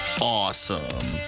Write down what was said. awesome